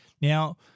now